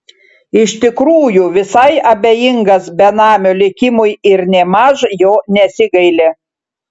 iš tikrųjų visai abejingas benamio likimui ir nėmaž jo nesigaili